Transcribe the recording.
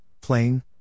plane